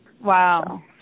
Wow